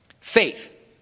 Faith